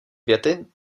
věty